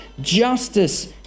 justice